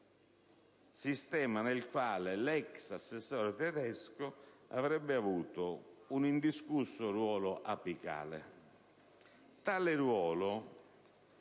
sistema nel quale l'ex assessore Tedesco avrebbe avuto «un indiscusso ruolo apicale».